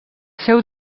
seu